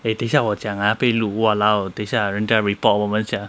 eh 等一下我讲 ah 被录 !walao! 等一下人家 report 我们 sia